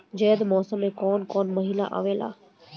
जायद मौसम में कौन कउन कउन महीना आवेला?